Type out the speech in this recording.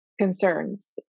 concerns